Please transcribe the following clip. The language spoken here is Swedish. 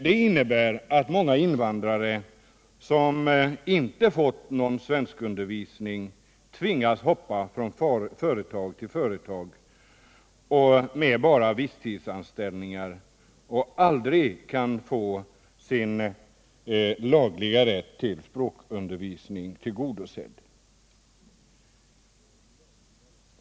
Det innebär att många invandrare som inte fått någon svenskundervisning tvingas hoppa från företag till företag med bara visstidsanställningar och därigenom aldrig kan få sin lagliga rätt till svenskundervisning tillgodosedd.